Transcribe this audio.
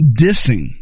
dissing